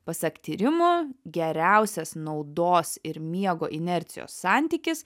pasak tyrimų geriausias naudos ir miego inercijos santykis